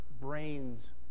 brains